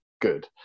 good